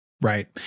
Right